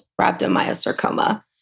rhabdomyosarcoma